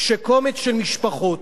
כשקומץ של משפחות,